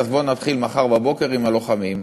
אז בוא נתחיל מחר בבוקר עם הלוחמים,